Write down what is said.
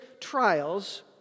trials